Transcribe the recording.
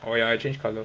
oh ya I change colour